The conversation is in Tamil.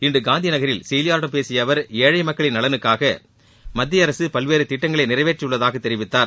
இன்று காந்திநகரில் செய்தியாளர்களிடம் பேசிய அவர் ஏழை மக்களின் நலனுக்காக மத்தியஅரசு பல்வேறு திட்டங்களை நிறைவேற்றியுள்ளதாக தெரிவித்தார்